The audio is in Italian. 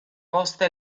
posta